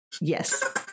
Yes